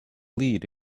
lead